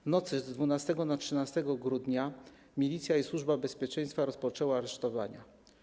W nocy z 12 na 13 grudnia milicja i Służba Bezpieczeństwa rozpoczęły aresztowania.